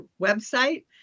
website